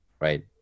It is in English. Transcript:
right